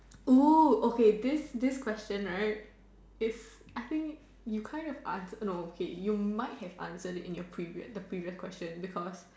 oh okay this this question right is I think you kind of answer no okay you might have answered in the previous the previous question because